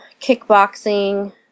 Kickboxing